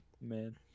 man